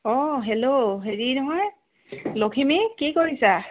অঁ হেল্ল' হেৰি নহয় লখিমী কি কৰিছা